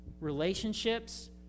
relationships